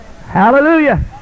Hallelujah